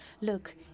Look